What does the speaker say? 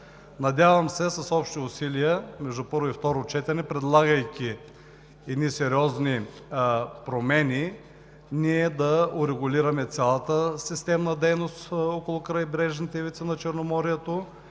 Надявам се с общи усилия между първо и второ четене, предлагайки едни сериозни промени, ние да урегулираме цялата системна дейност около крайбрежната ивица на Черноморието